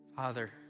Father